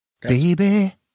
baby